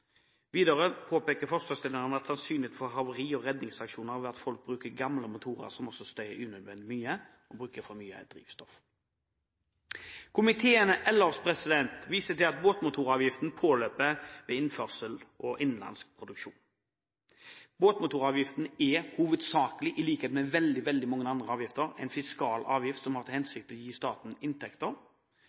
Videre påpeker forslagsstillerne at sannsynligheten for havari og redningsaksjoner øker ved at folk bruker gamle motorer, som også støyer unødvendig mye og bruker for mye drivstoff. Komiteen ellers viser til at båtmotoravgiften påløper ved innførsel og innenlands produksjon. Båtmotoravgiften er hovedsakelig, i likhet med veldig mange avgifter, en fiskal avgift som har til hensikt å gi staten inntekter.